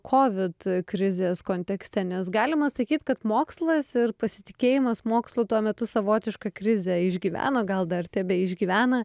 covid krizės kontekste nes galima sakyt kad mokslas ir pasitikėjimas mokslu tuo metu savotišką krizę išgyveno gal dar tebeišgyvena